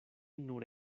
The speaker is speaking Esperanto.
nur